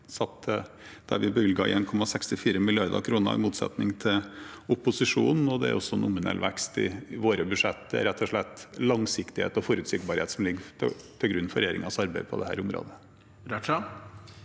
før jul, da vi bevilget 1,64 mrd. kr, i motsetning til opposisjonen. Det er også nominell vekst i våre budsjetter. Det er rett og slett langsiktighet og forutsigbarhet som ligger til grunn for regjeringens arbeid på dette området.